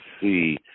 see